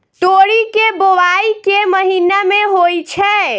तोरी केँ बोवाई केँ महीना मे होइ छैय?